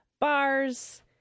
Bars